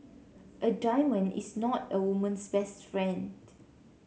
a diamond is not a woman's best friend